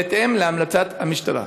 בהתאם להמלצת המשטרה?